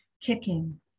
kicking